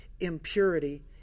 impurity